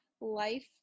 life